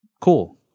Cool